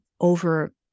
over